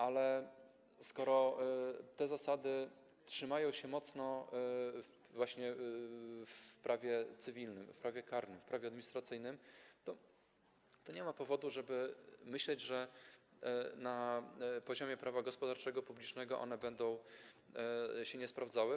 Ale skoro te zasady trzymają się mocno w prawie cywilnym, w prawie karnym, w prawie administracyjnym, to nie ma powodu, żeby myśleć, że na poziomie prawa gospodarczego publicznego one nie będą się sprawdzały.